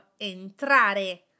entrare